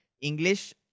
English